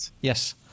Yes